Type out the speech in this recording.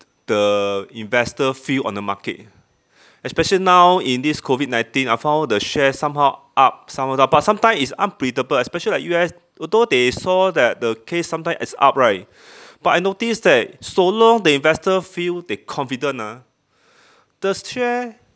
the investor feel on the market especially now in this COVID nineteen I found the share somehow up somehow down but sometime it's unpredictable especially like U_S although they saw that the case sometime is up right but I noticed that so long the investor feel they confident ah the share